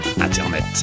internet